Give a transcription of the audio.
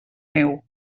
neu